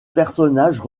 personnages